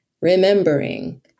remembering